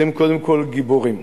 אתם קודם כול גיבורים.